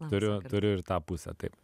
turiu turiu ir tą pusę taip